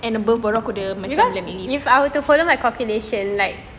and number peluk kuda macam learning